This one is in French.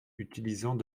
utilisant